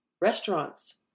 Restaurants